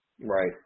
right